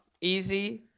easy